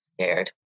scared